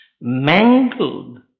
Mangled